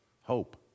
hope